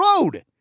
road